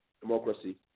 Democracy